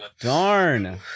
Darn